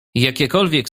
jakiekolwiek